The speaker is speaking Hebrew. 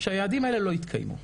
שהיעדים האלה לא יתקיימו.